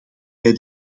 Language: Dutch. bij